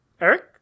Eric